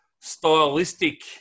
stylistic